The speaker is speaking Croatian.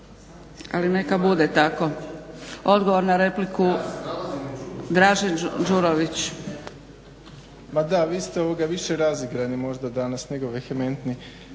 Ali neka bude tako. Odgovor na repliku Dražen Đurović.